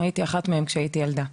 אגיד שאני הייתי אחת מהן כשהייתי ילדה.